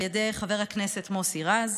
על ידי חבר הכנסת מוסי רז.